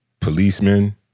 policemen